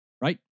right